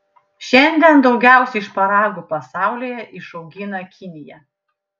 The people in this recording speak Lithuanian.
šiandien daugiausiai šparagų pasaulyje išaugina kinija